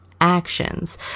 actions